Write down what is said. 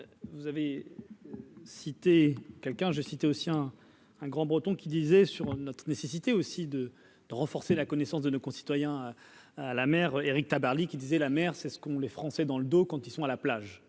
vous avez cité quelqu'un, je cite aussi hein. Un grand breton qui disait sur notre nécessité aussi de renforcer la connaissance de nos concitoyens à la mer, Éric Tabarly, qui disait la mère, c'est ce qu'ont les Français dans le dos quand ils sont à la plage,